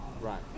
Right